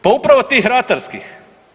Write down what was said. Pa upravo tih ratarskih.